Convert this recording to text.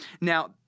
Now